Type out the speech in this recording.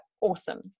awesome